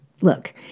Look